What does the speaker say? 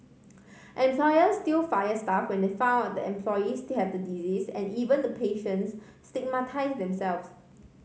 employers still fire staff when they find out the employees they have the disease and even the patients stigmatise themselves